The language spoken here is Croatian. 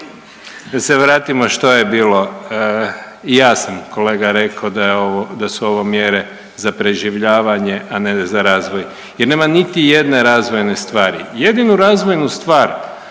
da se vratimo što je bilo. I ja sam kolega reko da su ovo mjere za preživljavanje, a ne za razvoj jer nema niti jedne razvojne stvari. Jedinu razvojnu stvar